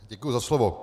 Děkuji za slovo.